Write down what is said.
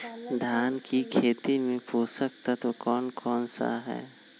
धान की खेती में पोषक तत्व कौन कौन सा है?